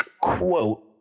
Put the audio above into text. quote